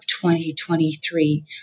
2023